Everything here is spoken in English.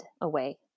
away